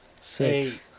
six